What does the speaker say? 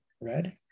red